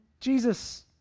Jesus